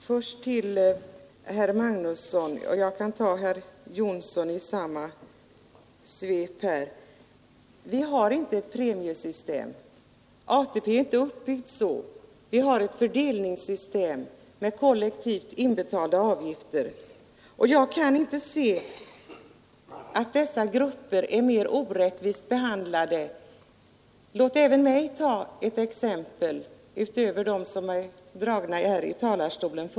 Herr talman! Jag vill först säga till herr Magnusson i Nennesholm och även till herr Jonsson i Mora, att vi inte har ett premiesystem. ATP är inte uppbyggd på det sättet. Tilläggspensioneringen bygger på ett fördelningssystem med kollektivt inbetalda avgifter, och jag kan inte se att ifrågavarande grupper är mer orättvist behandlade än andra. Låt även mig ta ett exempel utöver dem som förut är anförda från talarstolen.